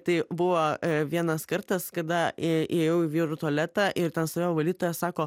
tai buvo vienas kartas kada į ėjau į vyrų tualetą ir ten stovėjo valytoja sako